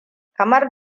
kamar